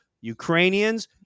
Ukrainians